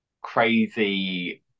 crazy